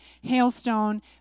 hailstone